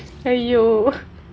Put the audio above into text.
!aiyo!